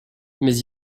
mais